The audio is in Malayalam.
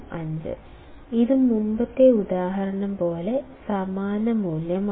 05 ഇത് മുമ്പത്തെ ഉദാഹരണം പോലെ സമാന മൂല്യമാണ്